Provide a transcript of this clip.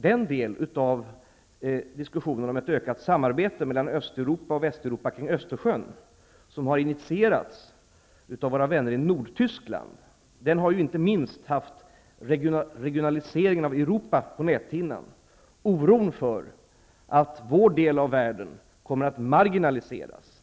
Den del av diskussionen om ett ökat samarbete mellan Öst och Västeuropa kring Östersjön som har initierats av våra vänner i Nordtyskland har ju inte minst haft regionaliseringen av Europa på näthinnan och även oron för att vår del av världen kommer att marginaliseras.